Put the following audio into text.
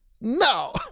No